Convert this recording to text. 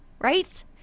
right